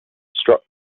struck